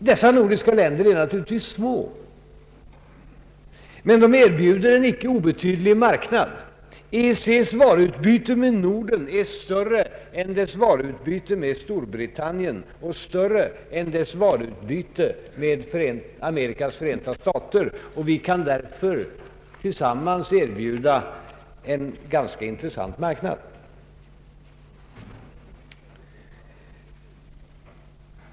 Dessa nordiska länder är naturligtvis små, men de erbjuder en icke obetydlig marknad. EEC:s varuutbyte med Norden är större än dess varuutbyte med Storbritannien och större än dess varuutbyte med Amerikas Förenta stater, och vi kan därför tillsammans erbjuda en ganska intressant marknad.